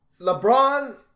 LeBron